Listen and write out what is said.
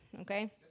okay